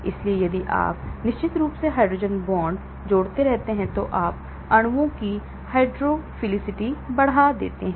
इसलिए यदि आप निश्चित रूप से हाइड्रोजन बांड जोड़ते रहते हैं तो आप अणुओं की हाइड्रोफिलिसिटी बढ़ा रहे हैं